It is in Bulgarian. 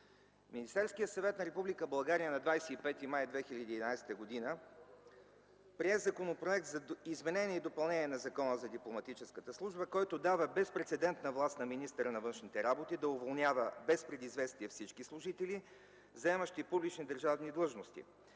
Министерският съвет на Република България на 25 май 2011 г. прие Законопроект за изменение и допълнение на Закона за Дипломатическата служба, който дава безпрецедентна власт на министъра на външните работи да уволнява без предизвестие всички служители, заемащи публични държавни длъжности;